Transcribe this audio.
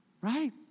right